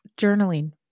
journaling